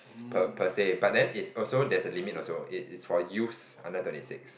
per per se but then is also there's a limit also it is for use under twenty six